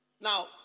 Now